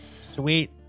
Sweet